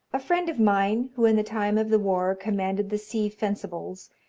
a friend of mine, who in the time of the war commanded the sea fencibles,